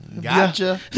Gotcha